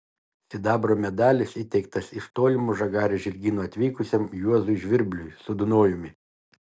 sidabro medalis įteiktas iš tolimo žagarės žirgyno atvykusiam juozui žvirbliui su dunojumi